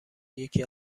یکی